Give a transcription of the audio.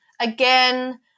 Again